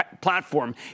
platform